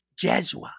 Jesua